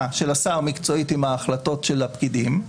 של השר מקצועית עם ההחלטות של הפקידים,